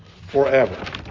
forever